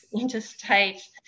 interstate